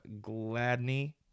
gladney